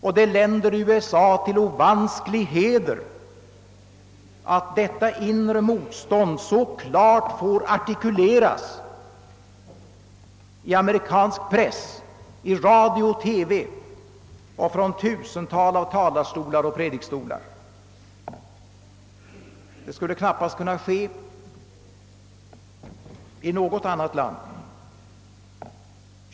Och det länder USA till ovansklig heder att detta inre motstånd så klart får artikuleras i amerikansk press, i radio och TV och från tusental av talarstolar och predikstolar. Det skulle knappast kunna ske i något annat land.